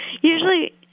usually